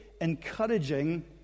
encouraging